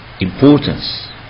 importance